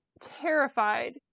terrified